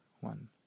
one